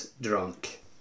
Drunk